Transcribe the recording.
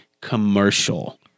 commercial